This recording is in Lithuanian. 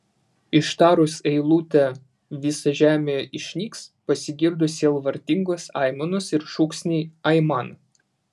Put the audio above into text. ištarus eilutę visa žemėje išnyks pasigirdo sielvartingos aimanos ir šūksniai aiman